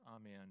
Amen